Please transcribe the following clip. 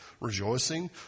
rejoicing